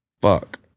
fuck